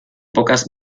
pocas